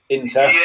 Inter